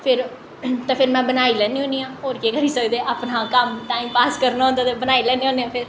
फिर ते फिर में बनाई लैन्नी होन्नी आं होर केह् करी सकदे अपना कम्म टाइम पास करना होंदा ते बनाई लैन्ने होन्ने आं फिर